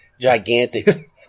gigantic